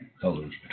colors